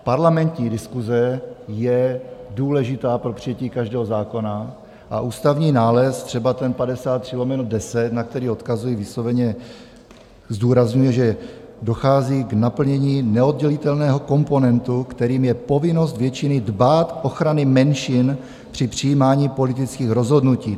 Parlamentní diskuse je důležitá pro přijetí každého zákona a ústavní nález, třeba ten 53/10, na který odkazuji, zdůrazňuji, že dochází k naplnění neoddělitelného komponentu, kterým je povinnost většiny dbát ochrany menšin při přijímání politických rozhodnutí.